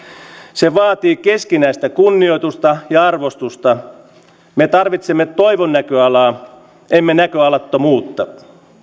se vaatii keskinäistä kunnioitusta ja arvostusta me tarvitsemme toivon näköalaa emme näköalattomuutta